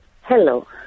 Hello